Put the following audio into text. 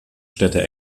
städte